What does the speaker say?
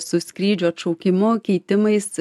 su skrydžių atšaukimu keitimais